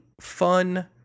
fun